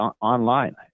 online